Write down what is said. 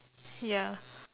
ya